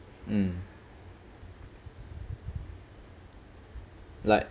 mm like